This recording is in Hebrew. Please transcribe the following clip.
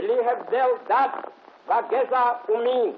בלי הבדל דת וגזע ומין.